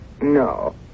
No